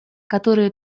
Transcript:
которые